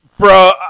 Bro